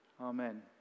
Amen